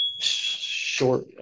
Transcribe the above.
Short